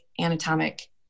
anatomic